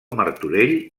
martorell